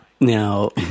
Now